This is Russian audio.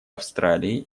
австралии